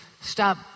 stop